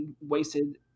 wasted